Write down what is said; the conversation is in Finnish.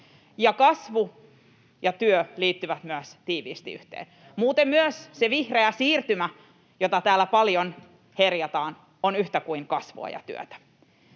Kasvu ja työ liittyvät myös tiiviisti yhteen. Muuten, myös se vihreä siirtymä, jota täällä paljon herjataan, on yhtä kuin kasvua ja työtä.